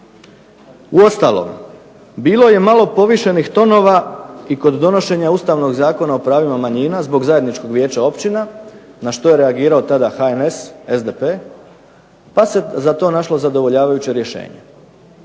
Uostalom bilo je malo povišenih tonova i kod donošenja ustavnog Zakona o pravima manjina zbog zajedničkog vijeća općina, na što je reagirao tada HNS, SDP, pa se za to našlo zadovoljavajuće rješenje.